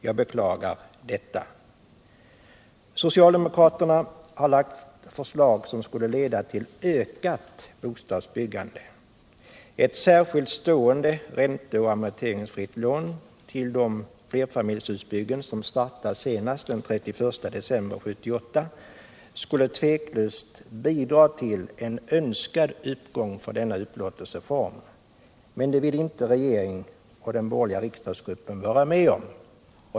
Jag beklagar detta. Socialdemokraterna har lagt fram förslag som skulle leda till ökat bostadsbyggande. Ett särskilt stående ränte och amorteringsfritt lån till de flerfamiljshusbyggen som startas senast den 31 december 1978 skulle tveklöst bidra till en önskad uppgång för denna upplåtelseform, men det vill inte regeringen och de borgerliga riksdagsgrupperna vara med om.